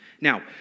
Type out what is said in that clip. Now